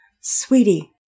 sweetie